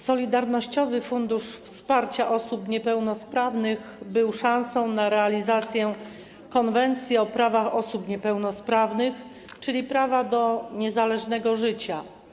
Solidarnościowy Fundusz Wsparcia Osób Niepełnosprawnych był szansą na realizację konwencji o prawach osób niepełnosprawnych, czyli prawa do niezależnego życia.